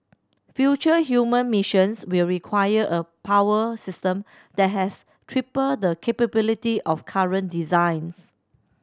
future human missions will require a power system that has triple the capability of current designs